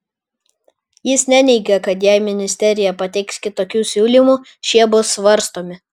jis neneigė kad jei ministerija pateiks kitokių siūlymų šie bus svarstomi